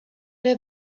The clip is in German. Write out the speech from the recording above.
der